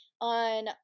on